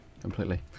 Completely